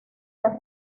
los